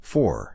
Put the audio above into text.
Four